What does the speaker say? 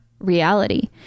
reality